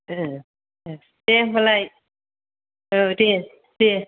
ए ए दे होमबालाय ओ दे दे